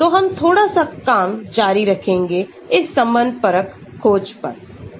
तो हम थोड़ा सा काम जारी रखेंगे इस संबंधपरक खोज पर